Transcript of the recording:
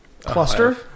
Cluster